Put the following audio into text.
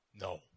No